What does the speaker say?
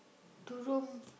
to Rome